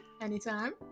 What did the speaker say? Anytime